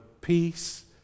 peace